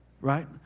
Right